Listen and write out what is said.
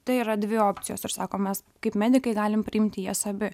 tai yra dvi opcijos ir sakom mes kaip medikai galim priimti jas abi